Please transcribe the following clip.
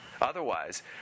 Otherwise